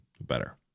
better